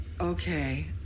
okay